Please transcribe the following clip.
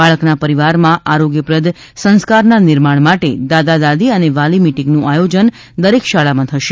બાળકના પરિવારમાં આરોગ્યપ્રદ સંસ્કારના નિર્માણ માટે દાદા દાદી અને વાલી મીટીંગ નું આયોજન દરેક શાળા માં થશે